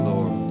Lord